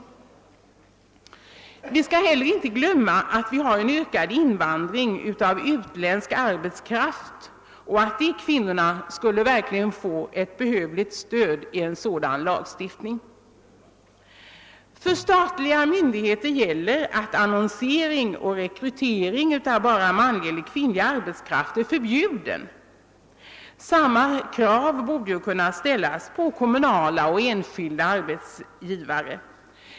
Vi skall heller inte glömma, att vi har en ökad invandring av utländsk arbetskraft och att de kvinnorna verkligen skulle få ett behövligt stöd i en sådan lagstiftning. För statliga myndigheter gäller att annonsering och rekrytering av bara manlig eller bara kvinnlig arbetskraft är förbjuden. Samma krav borde kunna ställas på kommunala och enskilda arbetsgivare.